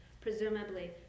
presumably